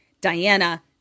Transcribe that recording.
Diana